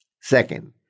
Second